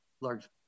large